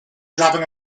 dropping